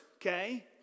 okay